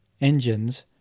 engines